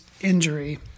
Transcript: injury